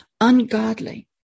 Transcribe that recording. ungodly